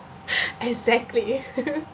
exactly